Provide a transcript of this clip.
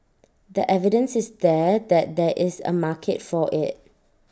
the evidence is there that there is A market for IT